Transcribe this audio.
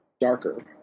darker